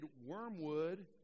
wormwood